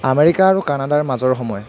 America আৰু কানাডাৰ মাজৰ সময়